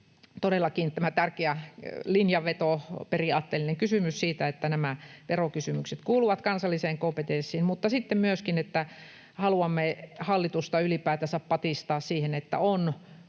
todellakin tämä tärkeä linjanveto, periaatteellinen kysymys siitä, että verokysymykset kuuluvat kansalliseen kompetenssin. Sitten myöskin haluamme hallitusta ylipäätänsä patistaa siihen, että on